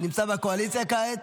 נמצא בקואליציה כעת?